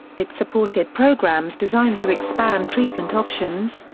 it supported programs designed to expand treatment options,